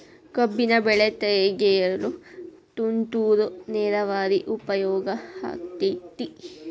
ಕಬ್ಬಿನ ಬೆಳೆ ತೆಗೆಯಲು ತುಂತುರು ನೇರಾವರಿ ಉಪಯೋಗ ಆಕ್ಕೆತ್ತಿ?